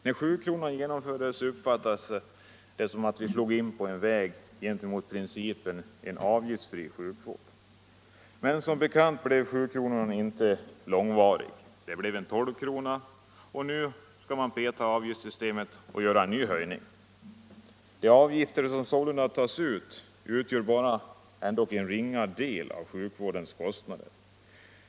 När sjukronan genomfördes uppfattades det som att vi slog in på en väg hän mot principen om avgiftsfri sjukvård. Men som bekant blev sjukronan inte långvarig. Det blev en tolvkrona, och nu skall man peta i avgiftssystemet och göra en ny höjning. De avgifter som sålunda tas ut är ändå bara en ringa del av vad sjukvården kostar.